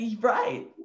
Right